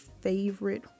favorite